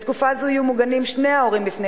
בתקופה זו יהיו מוגנים שני ההורים מפני